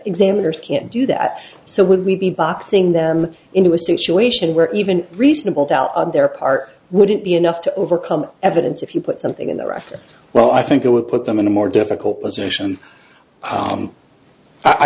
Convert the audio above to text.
examiners can't do that so would we be boxing them into a situation where even reasonable doubt on their part wouldn't be enough to overcome evidence if you put something in the record well i think it would put them in a more difficult position